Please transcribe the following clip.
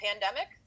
pandemic